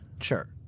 Sure